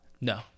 No